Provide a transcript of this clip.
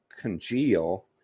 congeal